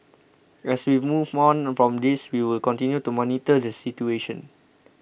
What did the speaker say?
as we move on from this we will continue to monitor the situation